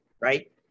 right